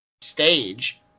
stage